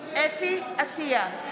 חוה אתי עטייה,